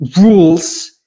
rules